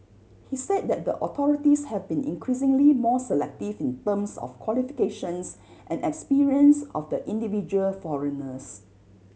he said that the authorities have been increasingly more selective in terms of qualifications and experience of the individual foreigners